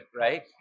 right